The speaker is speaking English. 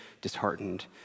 disheartened